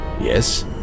Yes